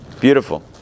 Beautiful